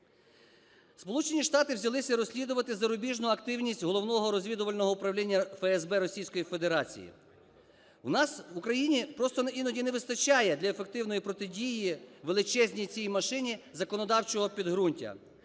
Сполучені Штати взялися розслідувати зарубіжну активність Головного розвідувального управління ФСБ Російської Федерації. У нас в Україні просто іноді не вистачає для ефективної протидії величезній цій машині законодавчого підґрунтя.